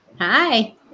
Hi